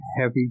heavy